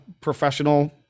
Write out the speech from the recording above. professional